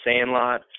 Sandlot